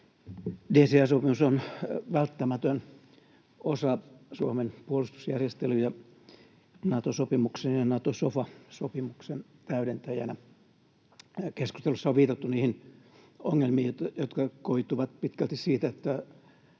DCA-sopimus on välttämätön osa Suomen puolustusjärjestelyjä Nato-sopimuksen ja Nato-sofa-sopimuksen täydentäjänä. Keskustelussa on viitattu niihin ongelmiin, jotka koituvat pitkälti siitä, että